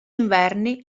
inverni